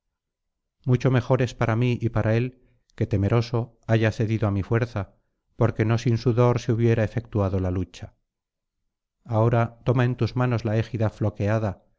mucho mejor es para mí y para él que temeroso haya cedido á mi fuerza porque no sin sudor se hubiera efectuado la lucha ahora toma en tus manos la égida floqueada